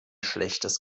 schlechtes